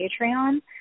Patreon